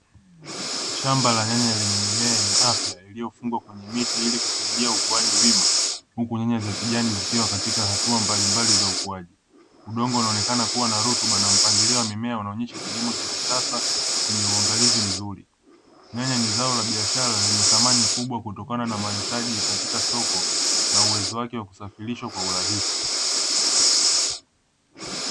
Shamba la nyanya lenye mimea yenye afya iliyofungwa kwenye miti ili kusaidia ukuaji wima, huku nyanya za kijani zikiwa kwenye hatua mbalimbali za ukuaji, udongo unaonekana kuwa na rutuba na mpangilio wa mimea unaonyesha kilimo cha kisasa chenye uangalizi mzuri, nyanya ni zao la biashara lenye thamani kubwa kutokana na mahitaji katika soko na uwezo wake wa kusafirishwa kwa urahisi.